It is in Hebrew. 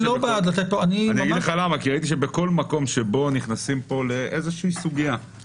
ראיתי שבכל מקום שבו נכנסים פה לאיזו סוגיה,